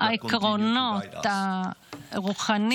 בייחוד באמצעות העקרונות הרוחניים